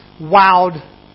wowed